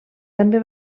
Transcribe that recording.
també